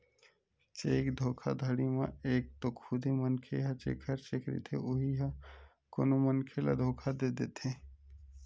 cheque धोखाघड़ी म एक तो खुदे मनखे ह जेखर चेक रहिथे उही ह कोनो मनखे ल धोखा दे देथे